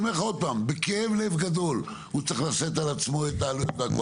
אני אומר בכאב לב גדול: הוא צריך לשאת על עצמו את העלויות והכל.